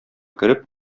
кереп